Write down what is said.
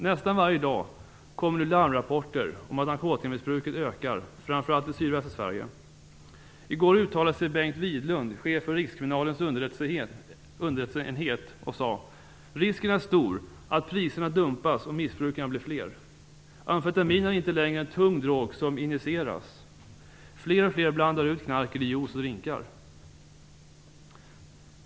Nästan varje dag kommer nu larmrapporter om att narkotikamissbruket ökar framför allt i sydvästra Sverige. I går uttalade sig Bengt Widlund, chef för Rikskriminalens underrättelseenhet. Han sade: "Risken är stor att priserna dumpas och missbrukarna blir fler. Amfetamin är inte längre en tung drog som injiceras. Fler och fler blandar ut knarket i juice och drinkar".